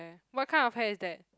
what kind of hair is that